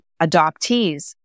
adoptees